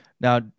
now